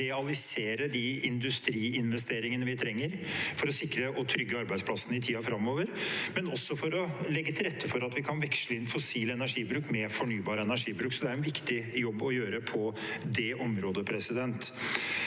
realisere de industriinvesteringene vi trenger for å sikre og trygge arbeidsplassene i tiden framover, og for å legge til rette for at vi kan veksle inn fossil energibruk med fornybar energibruk. Det er en viktig jobb å gjøre på det området. Vi